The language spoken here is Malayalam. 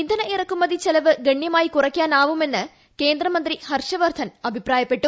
ഇന്ധന ഇറക്കുമതി ചെലവ് ഗണ്യമായി കുറയ്ക്കാനാവുമെന്ന് കേന്ദ്രമന്ത്രി ഹർഷവർദ്ധൻ അഭിപ്രായപ്പെട്ടു